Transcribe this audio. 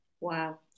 Wow